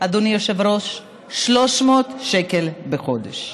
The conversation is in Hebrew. אדוני היושב-ראש, 300 שקל בחודש.